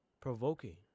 Provoking